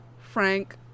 Frank